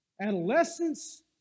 adolescence